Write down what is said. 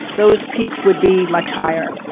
those peaks would be much higher.